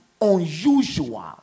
unusual